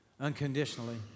unconditionally